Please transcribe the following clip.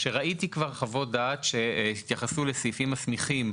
שראיתי כבר חוות דעת שהתייחסו לסעיפים מסמיכים,